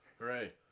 hooray